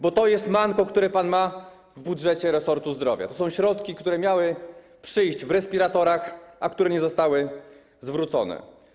Bo to jest manko, które pan ma w budżecie resortu zdrowia, to są środki, które miały być zwrócone w respiratorach, a nie zostały zwrócone.